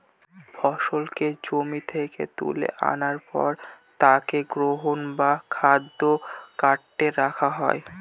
ফসলকে জমি থেকে তুলে আনার পর তাকে গ্রেন বা খাদ্য কার্টে রাখা হয়